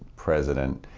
president,